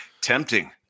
tempting